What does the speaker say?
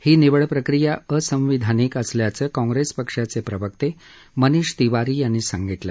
ही निवड प्रक्रिया असंवैधानिक असल्याचं काँग्रेस पक्षाचे प्रवक्ते मनीष तिवारी यांनी सांगितलं